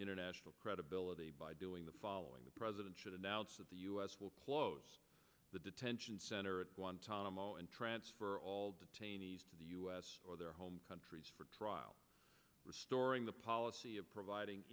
international credibility by doing the following the president should announce that the u s will close the detention center at guantanamo and transfer all detainees to the us or their home countries for trial restoring the policy of providing